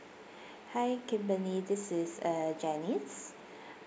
hi kimberley this is uh janice